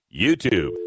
YouTube